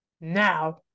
Now